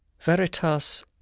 veritas